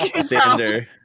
Sander